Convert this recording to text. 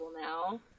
now